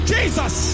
Jesus